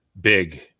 big